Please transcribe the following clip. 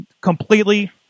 completely